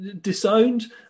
disowned